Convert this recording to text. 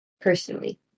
personally